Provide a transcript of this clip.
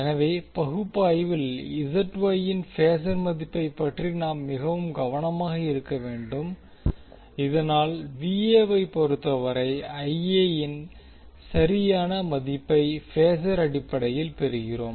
எனவே பகுப்பாய்வில் இன் பேசர் மதிப்பைப் பற்றி நாம் மிகவும் கவனமாக இருக்க வேண்டும் இதனால் ஐப் பொறுத்தவரை இன் சரியான மதிப்பை பேசர் அடிப்படையில் பெறுகிறோம்